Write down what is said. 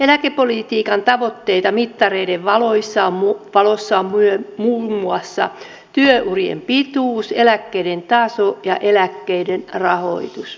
eläkepolitiikan tavoitteita mittareiden valossa ovat muun muassa työ urien pituus eläkkeiden taso ja eläkkeiden rahoitus